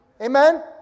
Amen